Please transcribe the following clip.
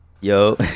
yo